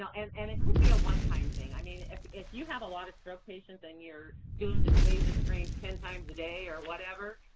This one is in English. so and and it could be a one time thing. i mean, if if you have a lot of stroke patients and you're doing dysphagia screens ten times a day or whatever,